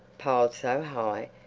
piled so high,